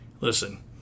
listen